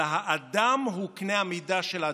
אלא האדם הוא קנה המידה של הדברים.